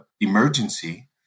emergency